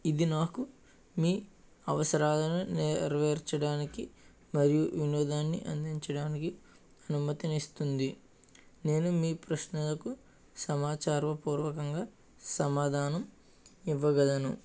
ఇది నాకు మీ అవసరాలను నెరవేర్చడానికి మరియు వినోదాన్ని అందించడానికి అనుమతినిస్తుంది నేను మీ ప్రశ్నలకు సమాచార పూర్వకంగా సమాధానం ఇవ్వగలను